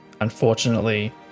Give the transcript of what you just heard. unfortunately